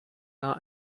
not